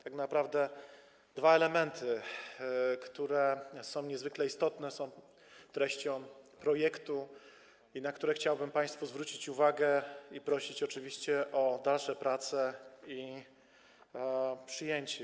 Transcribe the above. Tak naprawdę dwa elementy, które są niezwykle istotne, są treścią projektu i na nie chciałbym państwu zwrócić uwagę oraz prosić oczywiście o dalsze prace nad nimi i o ich przyjęcie.